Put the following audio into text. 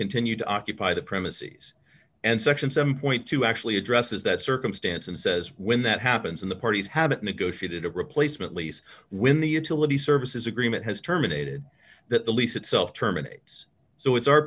continued to occupy the premises and section seven point two actually addresses that circumstance and says when that happens and the parties have negotiated a replacement lease when the utility services agreement has terminated that the lease itself terminates so it's our